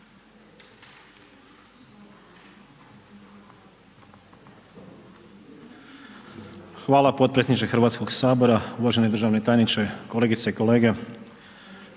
predsjedniče Hrvatskog sabora. Poštovani državni tajniče, kolegice i kolege